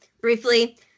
briefly